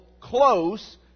close